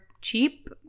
cheap